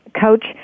coach